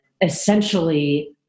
essentially